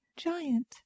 giant